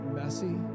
messy